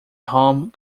home